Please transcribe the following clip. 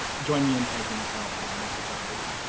join me in thanking the panel for the wonderful job they did.